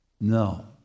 No